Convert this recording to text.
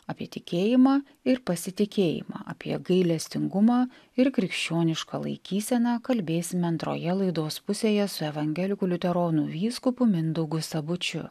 apie tikėjimą ir pasitikėjimą apie gailestingumą ir krikščionišką laikyseną kalbėsime antroje laidos pusėje su evangelikų liuteronų vyskupu mindaugu sabučiu